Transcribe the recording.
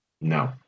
No